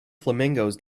flamingos